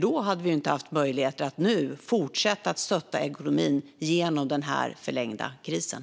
Då hade vi inte haft möjligheter att nu fortsätta att stötta ekonomin genom den här förlängda krisen.